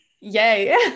Yay